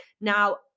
Now